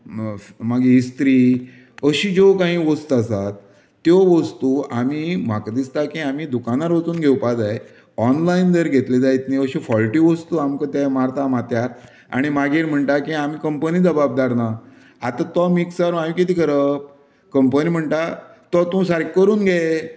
मागीर इस्त्री अशीं ज्यो कांय वस्तू आसात त्यो वस्तू आमी म्हाका दिसता की आमी दुकानार वचून घेवपाक जाय ऑनलायन जर घेतली जायत न्ही अश्यो फॉल्टी वस्तू आमकां ते मारता माथ्यांक आनी मागीर म्हणटा की आमी कंपनी जबाबदार ना आता तो मिक्सर हांवें कितें करप कंपनी म्हणटा तो तूं सारकें करून घे